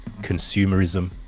consumerism